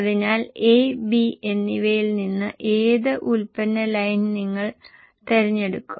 അതിനാൽ A B എന്നിവയിൽ നിന്ന് ഏത് ഉൽപ്പന്ന ലൈൻ നിങ്ങൾ തിരഞ്ഞെടുക്കും